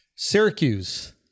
syracuse